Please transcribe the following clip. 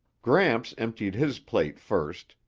gramps emptied his plate first,